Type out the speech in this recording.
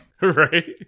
Right